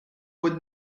would